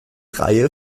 reihe